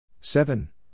seven